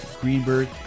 Greenberg